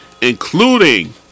including